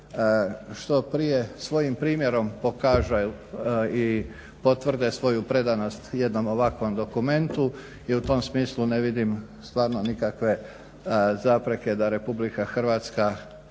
što prije svojim primjerom pokažu i potvrde svoju predanost jednom ovakvom dokumentu i u tom smislu ne vidim stvarno nikakve zapreke da RH napravi